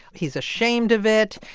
he's ashamed of it.